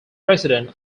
president